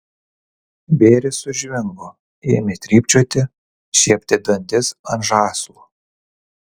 bėris sužvingo ėmė trypčioti šiepti dantis ant žąslų